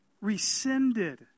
rescinded